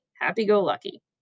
happy-go-lucky